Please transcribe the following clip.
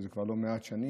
שזה כבר לא מעט שנים,